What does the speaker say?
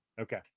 okay